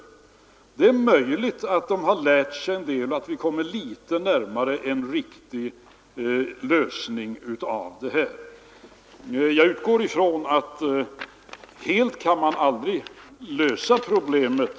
Det är alltså möjligt att man har lärt sig en del och att vi kommer litet närmare en riktig lösning. Jag utgår ifrån att helt kan man aldrig lösa problemet.